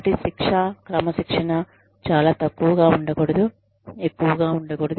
కాబట్టి శిక్ష క్రమశిక్షణ చాలా తక్కువగా ఉండకూడదు ఎక్కువగా ఉండకూడదు